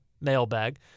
mailbag